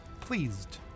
pleased